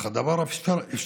אך הדבר אפשרי.